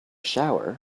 shower